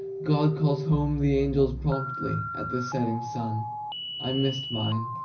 god calls home the angels promptly at the setting sun i missed mine.